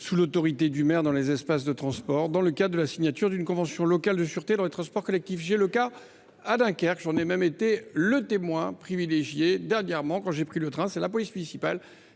sous l’autorité du maire, dans les espaces de transport, dans le cadre de la signature d’une convention locale de sûreté dans les transports collectifs. À Dunkerque, j’en ai été le témoin privilégié, dernièrement, quand j’ai pris le train : c’est bien la police municipale